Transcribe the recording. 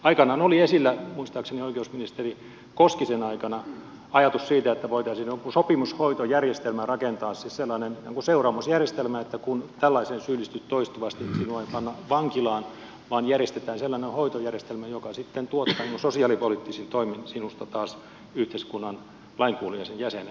aikanaan oli esillä muistaakseni oikeusministeri koskisen aikana ajatus siitä että voitaisiin jokin sopimushoitojärjestelmä rakentaa siis sellainen seuraamusjärjestelmä että kun tällaiseen syyllistyt toistuvasti niin sinua ei panna vankilaan vaan järjestetään sellainen hoitojärjestelmä joka sitten tuottaa sosiaalipoliittisin toimin sinusta taas yhteiskunnan lainkuuliaisen jäsenen